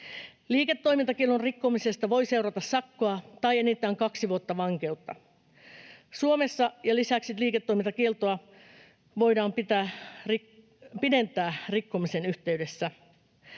Liiketoimintakiellon rikkomisesta voi seurata sakkoa tai enintään kaksi vuotta vankeutta, ja lisäksi liiketoimintakieltoa voidaan pidentää rikkomisen yhteydessä.